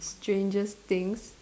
strangest things